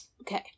Okay